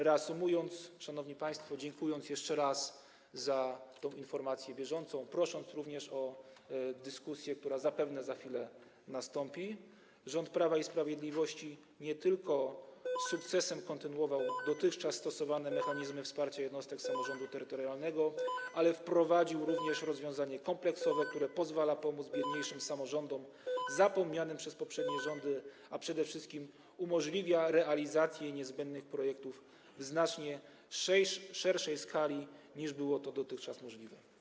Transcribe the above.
Reasumując, szanowni państwo - dziękując jeszcze raz za tę informację bieżącą, prosząc również o dyskusję, która zapewne za chwilę nastąpi - rząd Prawa i Sprawiedliwości nie tylko z sukcesem kontynuował dotychczas stosowane mechanizmy wsparcia jednostek samorządu terytorialnego, ale wprowadził również rozwiązanie kompleksowe, które pozwala pomóc biedniejszym samorządom, zapomnianym przez poprzednie rządy, a przede wszystkim umożliwia realizację niezbędnych projektów w znacznie szerszej skali, niż było to dotychczas możliwe.